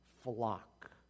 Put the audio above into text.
flock